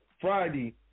Friday